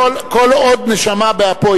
כל עוד נשמה באפו,